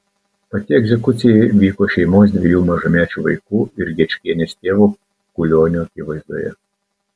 pati egzekucija vyko šeimos dviejų mažamečių vaikų ir gečienės tėvo kulionio akivaizdoje